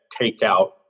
takeout